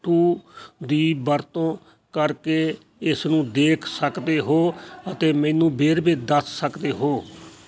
to ਦੀ ਵਰਤੋਂ ਕਰਕੇ ਇਸ ਨੂੰ ਦੇਖ ਸਕਦੇ ਹੋ ਅਤੇ ਮੈਨੂੰ ਵੇਰਵੇ ਦੱਸ ਸਕਦੇ ਹੋ